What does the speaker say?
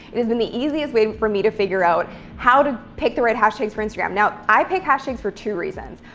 it has been the easiest way for me to figure out how to pick the right hashtags for instagram. now, i pick hashtags for two reasons.